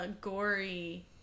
gory